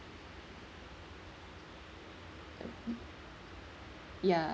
ya~